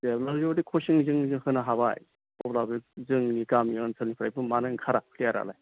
जों बेबादि जुदि कशिं जों होनो हाबाय अब्ला बे जोंनि गामि ओनसोलनिफ्रायबो मानो ओंखारा प्लेयारालाय